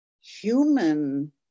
human